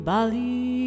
Bali